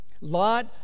Lot